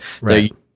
Right